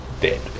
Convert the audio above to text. dead